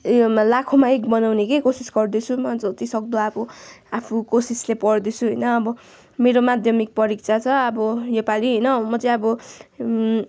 उयोमा लाखौँमा एक बनाउने के कोसिस गर्दैछु म जति सक्दो अब आफू कोसिसले पढ्दैछु होइन अब मेरो माध्यमिक परिक्षा छ अब यो पालि होइन म चाहिँ आबो